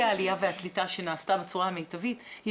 העלייה והקליטה שנעשתה בצורה מיטבית היא